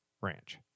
ranch